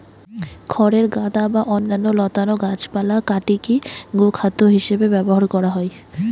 খড়ের গাদা বা অন্যান্য লতানা গাছপালা কাটিকি গোখাদ্য হিসেবে ব্যবহার করা হয়